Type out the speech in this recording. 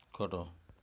ଖଟ